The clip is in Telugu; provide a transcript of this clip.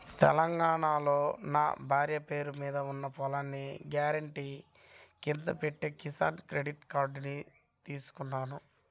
తెలంగాణాలో నా భార్య పేరు మీద ఉన్న పొలాన్ని గ్యారెంటీ కింద పెట్టి కిసాన్ క్రెడిట్ కార్డుని తీసుకున్నాను